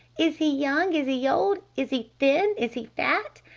is he young? is he old? is he thin? is he fat?